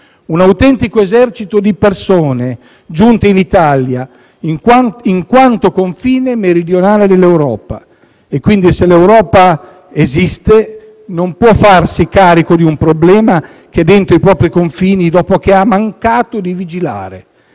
un autentico esercito di persone giunte in Italia, in quanto confine meridionale dell'Europa. Quindi, se l'Europa esiste, non può non farsi carico di un problema che è dentro i propri confini, dopo che ha mancato di vigilare.